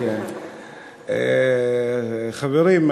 חברים,